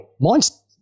Mine's